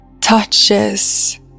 touches